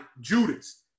Judas